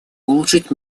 улучшить